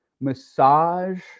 massage